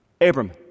Abram